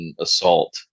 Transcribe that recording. assault